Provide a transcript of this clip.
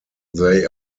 they